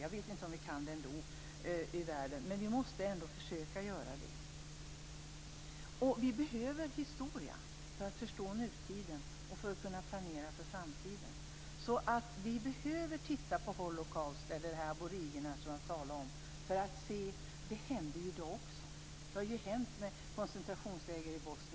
Jag vet inte om vi kan få ordning med en kamp, men vi måste ändå försöka. Vi behöver historia för att förstå nutiden och för att kunna planera för framtiden. Vi behöver titta på Holocaust eller på aboriginerna, som jag talade om, för att se att det också händer i dag. Det har hänt i koncentrationsläger i Bosnien.